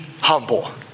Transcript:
humble